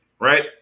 right